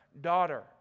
daughter